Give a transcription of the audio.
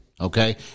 Okay